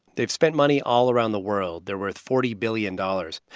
they've spent money all around the world. they're worth forty billion dollars.